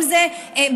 אם זה בכלכלה,